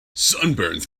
sunburns